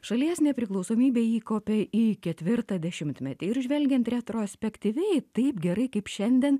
šalies nepriklausomybė įkopė į ketvirtą dešimtmetį ir žvelgiant retrospektyviai taip gerai kaip šiandien